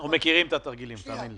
אנחנו מכירים את התרגילים, תאמין לי.